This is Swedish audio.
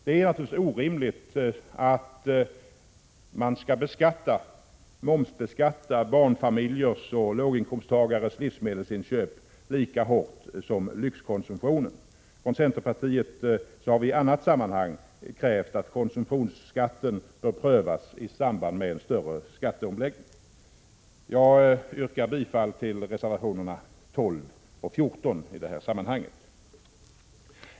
Det är naturligtvis orimligt att momsbeskatta barnfamiljers och låginkomsttagares livsmedelsinköp lika hårt som lyxkonsumtionen. Från centerpartiet har vi i det sammanhanget krävt att konsumtionsskatten skall prövas i samband med en större skatteomläggning. Jag yrkar bifall till reservationerna 12 och 14.